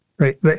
right